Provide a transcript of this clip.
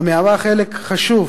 המהווה חלק חשוב